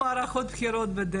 המשמעתי.